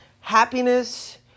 happiness